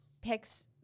picks